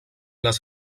les